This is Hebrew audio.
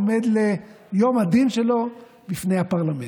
עומד ליום הדין שלו בפני הפרלמנט.